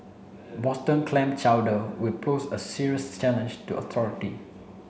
Boston clam chowder will pose a serious challenge to authority